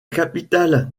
capitale